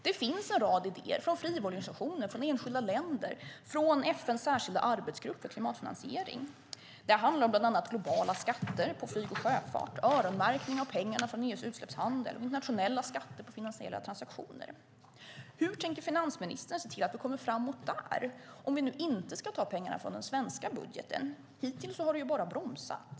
Det finns en rad idéer från frivilligorganisationer, från enskilda länder och från FN:s särskilda arbetsgrupp för klimatfinansiering. Det handlar bland annat om globala skatter på flyg och sjöfart, öronmärkning av pengarna från EU:s utsläppshandel och internationella skatter på finansiella transaktioner. Hur tänker finansministern se till att vi kommer framåt där, om man nu inte ska ta pengarna från den svenska budgeten? Hittills har han ju bara bromsat.